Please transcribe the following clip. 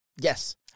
Yes